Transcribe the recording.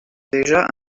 deja